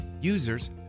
Users